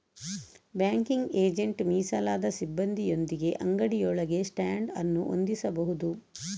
banking agent ಮೀಸಲಾದ ಸಿಬ್ಬಂದಿಯೊಂದಿಗೆ ಅಂಗಡಿಯೊಳಗೆ ಸ್ಟ್ಯಾಂಡ್ ಅನ್ನು ಹೊಂದಿಸಬಹುದು